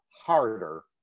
harder